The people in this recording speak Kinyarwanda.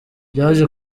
byaje